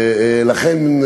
לכן,